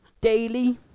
daily